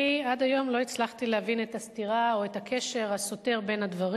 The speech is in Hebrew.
אני עד היום לא הצלחתי להבין את הסתירה או את הקשר הסותר בין הדברים.